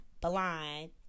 blind